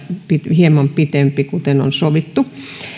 hieman pitempi kuten on sovittu